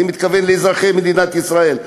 אני מתכוון לאזרחי מדינת ישראל,